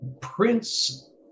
Prince